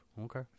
Okay